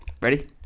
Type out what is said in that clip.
ready